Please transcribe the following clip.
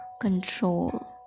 control